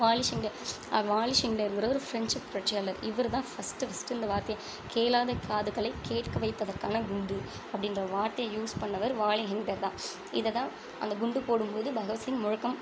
வாலின் ஷிண்டே வாலின் ஷிண்டேங்கறவர் ஒரு ஃப்ரெஞ்சு புரட்சியாளர் இவர் தான் ஃபஸ்ட்டு ஃபஸ்ட்டு இந்த வார்த்தையை கேளாத காதுகளை கேட்க வைப்பதற்கான குண்டு அப்படின்ற வாார்த்தையை யூஸ் பண்ணவர் வாலின் ஹிண்டே தான் இதை தான் அந்த குண்டு போடும் போது பகத்சிங் முழக்கம்